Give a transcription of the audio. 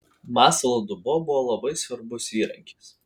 masalo dubuo buvo labai svarbus įrankis